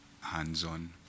hands-on